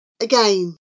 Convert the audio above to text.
again